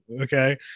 okay